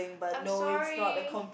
I'm sorry